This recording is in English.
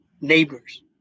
neighbors